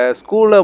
school